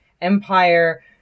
Empire